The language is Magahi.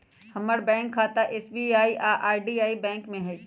हमर बैंक खता एस.बी.आई आऽ आई.डी.बी.आई बैंक में हइ